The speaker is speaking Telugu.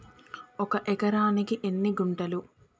ఒక ఎకరానికి ఎన్ని గుంటలు?